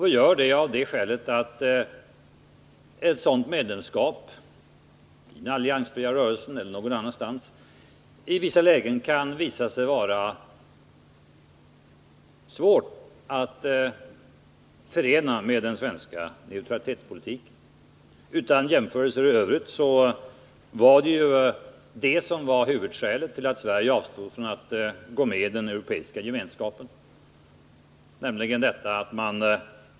Vi gör det därför att ett medlemskap i sådana organisationer i vissa lägen kan visa sig vara svårt att förena med den svenska neutralitetspolitiken. Utan jämförelser i övrigt var det ju detta som var huvudskälet till att Sverige avstod från att gå med i den europeiska gemenskapen.